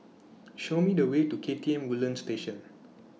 Show Me The Way to K T M Woodlands Station